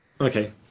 Okay